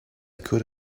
could